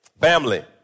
family